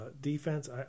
defense